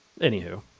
Anywho